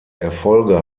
erfolge